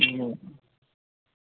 अं